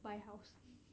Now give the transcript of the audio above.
buy house